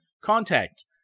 Contact